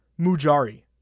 Mujari